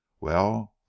Well